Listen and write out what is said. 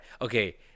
Okay